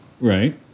Right